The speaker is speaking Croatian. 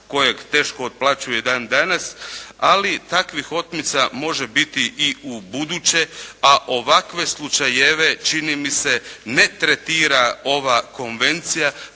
kojeg teško otplaćuje i dan danas. Ali takvih otmica može biti i u buduće, a ovakve slučajeve čini mi se ne tretira ova konvencija,